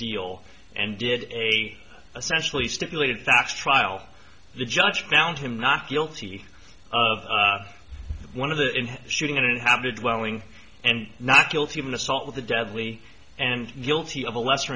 deal and did a essentially stipulated facts trial the judge found him not guilty of one of the in shooting and how did welling and not guilty of an assault with a deadly and guilty of a lesser